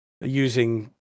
using